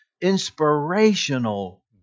inspirational